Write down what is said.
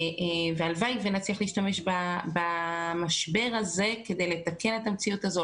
הלוואי ונצליח להשתמש במשבר הזה כדי לתקן את המציאות הזו,